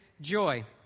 joy